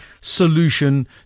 solution